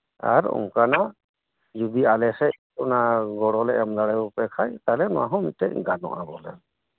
ᱟᱨ ᱚᱱᱠᱟᱱᱟᱜ ᱡᱚᱫᱤ ᱟᱞᱮᱥᱮᱫ ᱠᱷᱚᱱᱟᱜ ᱜᱚᱲᱚᱞᱮ ᱮᱢᱫᱟᱲᱮᱭᱟᱯᱮ ᱠᱷᱟᱡ ᱛᱟᱦᱚᱞᱮ ᱚᱱᱟᱦᱚ ᱢᱤᱫᱴᱮᱡ ᱜᱟᱱᱚᱜᱼᱟ ᱵᱚᱞᱮ